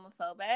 homophobic